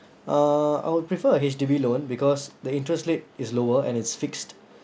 uh I would prefer a H_D_B loan because the interest rate is lower and it's fixed